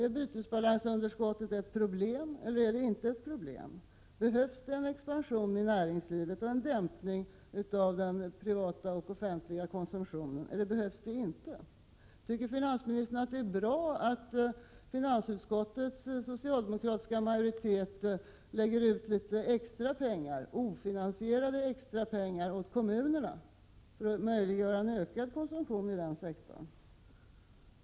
Är bytesbalansunderskottet ett problem eller inte? Behövs det en expansion i näringslivet och en dämpning av den privata och den offentliga konsumtionen, eller behövs det inte? Tycker finansministern att det är bra att, som finansutskottets socialdemokratiska majoritet föreslår, man skall lägga ut extra, ofinansierade pengar hos kommunerna för att möjliggöra en ökad konsumtion inom den kommunala sektorn?